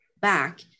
back